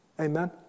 Amen